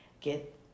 get